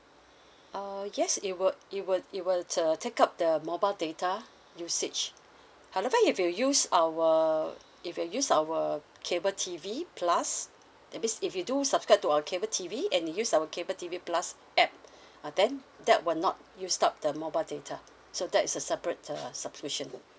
uh yes it will it will it will uh take up the mobile data usage however if you use our if you use our cable T_V plus that means if you do subscribe to our cable T_V and use our cable T_V plus app uh then that will not used up the mobile data so that's a separate uh subscription